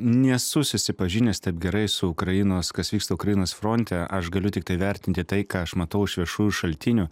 nesu susipažinęs taip gerai su ukrainos kas vyksta ukrainos fronte aš galiu tiktai vertinti tai ką aš matau iš viešųjų šaltinių